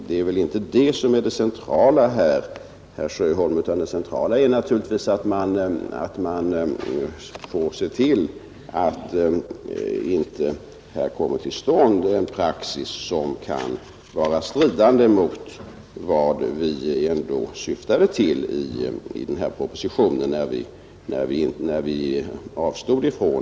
Det är väl inte det som är det centrala här, herr Sjöholm, utan det är naturligtvis att man ser till att det inte uppstår en praxis som kan vara stridande mot vad vi ändå syftade till i den